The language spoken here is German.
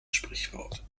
sprichwort